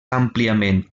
àmpliament